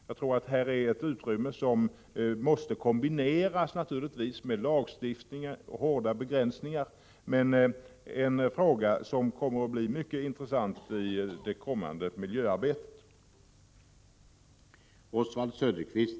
Det är en fråga som naturligtvis måste förenas med lagstiftningsarbete och som innebär hårda begränsningar, men det är också en fråga som kommer att bli mycket intressant i det kommande miljöarbetet.